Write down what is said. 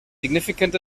significant